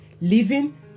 living